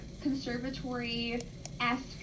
conservatory-esque